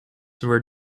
were